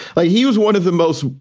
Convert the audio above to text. but he was one of the most